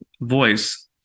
voice